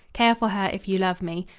care for her if you love me.